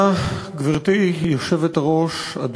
גברתי היושבת-ראש, תודה.